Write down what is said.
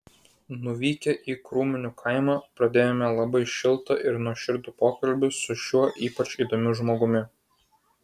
nuvykę į krūminių kaimą pradėjome labai šiltą ir nuoširdų pokalbį su šiuo ypač įdomiu žmogumi